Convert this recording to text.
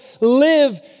live